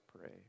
pray